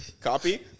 Copy